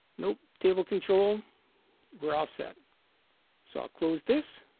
nope table control we're all set so i'll close this.